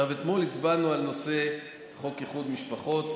עכשיו, אתמול הצבענו על נושא חוק איחוד משפחות.